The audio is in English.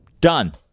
Done